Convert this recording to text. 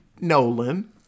Nolan